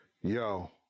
yo